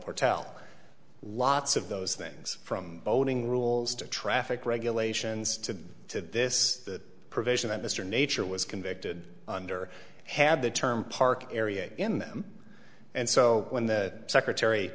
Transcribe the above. tell lots of those things from voting rules to traffic regulations to this provision that mr nature was convicted under had the term park area in them and so when the secretary